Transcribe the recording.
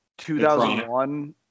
2001